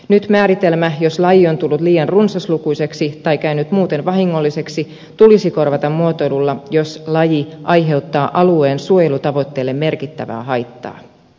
nyt määritelmä jos laji on tullut liian runsaslukuiseksi tai käynyt muutoin vahingolliseksi tulisi korvata muotoilulla jos laji aiheuttaa alueen suojelutavoitteille merkittävää haittaa